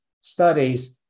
studies